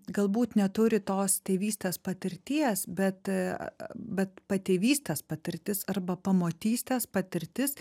galbūt neturi tos tėvystės patirties bet bet patėvystės patirtis arba pamotystės patirtis